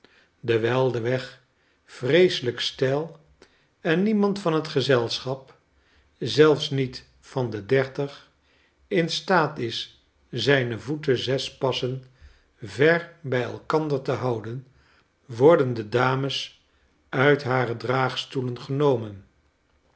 dewijl de weg vreeselijk steil en niemand van het gezelschap zelfs nietvan de dertig in staat is zijne voeten zes passen ver bij elkander te houden worden de dames uit hare draagstoelen genomen